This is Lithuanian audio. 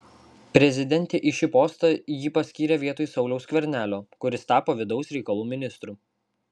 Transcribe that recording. prezidentė į šį postą jį paskyrė vietoj sauliaus skvernelio kuris tapo vidaus reikalų ministru